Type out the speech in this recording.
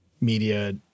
media